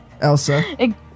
Elsa